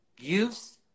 use